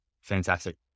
fantastic